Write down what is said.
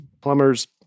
plumbers